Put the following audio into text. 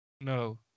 No